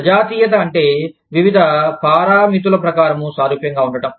సజాతీయత అంటే వివిధ పారామితుల ప్రకారం సారూప్యంగా వుండటం